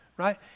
right